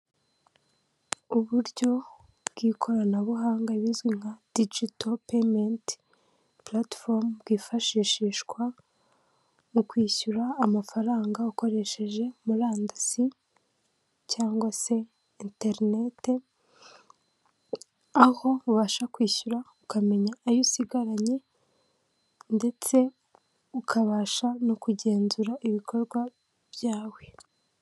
Uburyo bw'ikoranabuhanga bizwi nka dijito peyimenti puratifomu, bwifashishwa mu kwishyura amafaranga ukoresheje murandasi cyangwa se enterinete, aho ubasha kwishyura ukamenya ayo usigaranye ndetse ukabasha no kugenzura ibikorwa byawe.